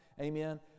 amen